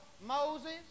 Moses